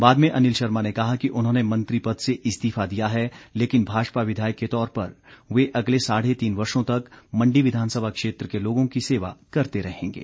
बाद में अनिल शर्मा ने कहा कि उन्होंने मंत्री पद से इस्तीफा दियाहै लेकिन भाजपा विधायक के तौर पर वे अगले साढ़े तीन वर्षों तक मण्डी विधानसभा क्षेत्र के लोगों की सेवा करते रहेंगे